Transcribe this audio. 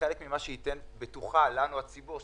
שחלק ממה שייתן בטוחה לנו הציבור,